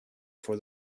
for